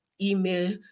email